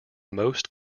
most